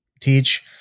teach